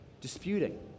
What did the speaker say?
disputing